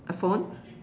a phone